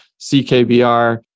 CKBR